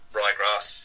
ryegrass